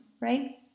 right